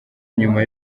nyuma